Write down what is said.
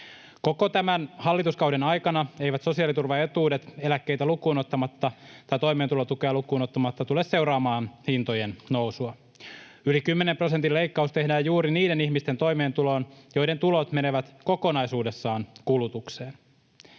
Tämän hallituskauden aikana eivät sosiaaliturvaetuudet eläkkeitä ja toimeentulotukea lukuun ottamatta tule seuraamaan hintojen nousua. Yli kymmenen prosentin leikkaus tehdään juuri niiden ihmisten toimeentuloon, joiden tulot menevät kokonaisuudessaan kulutukseen.